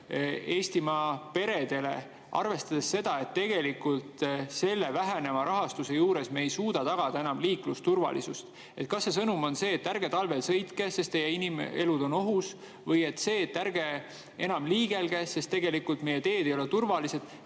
Eestimaa peredele, arvestades seda, et tegelikult väheneva rahastuse tõttu me ei suuda enam tagada liiklusturvalisust. Kas see sõnum on see, et ärge talvel sõitke, sest teie elud on ohus, või see, et ärge enam liigelge, sest meie teed ei ole turvalised?